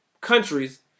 countries